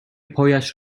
پایش